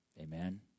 Amen